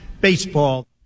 baseball